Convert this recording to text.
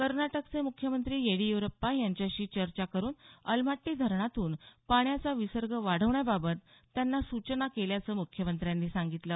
कर्नाटकचे मुख्यमंत्री येडियुरप्पा यांच्याशी चर्चा करून अलमाट्टी धरणातून पाण्याचा विसर्ग वाढवण्याबाबत त्यांना सूचना केल्याचं मुख्यमंत्र्यांनी सांगितलं